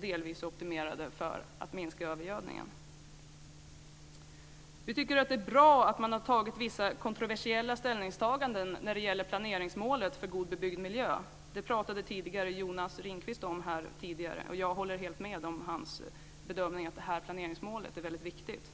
delvis är optimerade för att minska övergödningen. Vi tycker att det är bra att man har gjort vissa kontroversiella ställningstaganden när det gäller planeringsmålet för god bebyggd miljö. Det pratade tidigare Jonas Ringqvist om här, och jag håller helt med om hans bedömning att detta planeringsmål är väldigt viktigt.